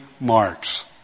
marks